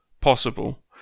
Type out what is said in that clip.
possible